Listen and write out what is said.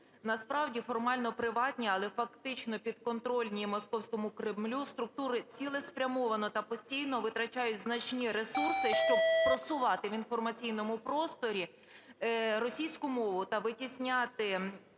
Насправді, формально приватні, але фактично підконтрольні московському Кремлю, структури цілеспрямовано та постійно витрачають значні ресурси, щоб просувати в інформаційному просторі російську мову та витісняти